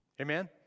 Amen